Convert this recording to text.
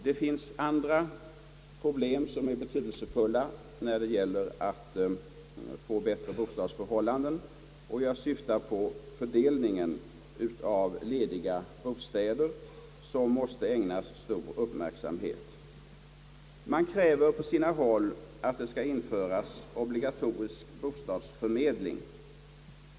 Det finns andra problem som är betydelsefulla när det gäller att få bättre bostadsförhållanden. Jag syftar på fördelningen av lediga bostäder, vilken måste ägnas stor uppmärksamhet. Det krävs på sina håll att obligatorisk bostadsförmedling skall införas.